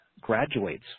graduates